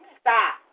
Stop